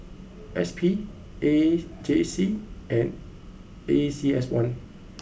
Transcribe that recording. S P A J C and A C S one